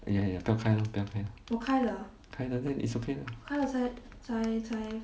哎呀 ya 不要开 lor 不要开开了 then it's okay lah